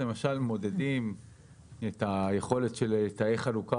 למשל מודדים את היכולת של תאי חלוקה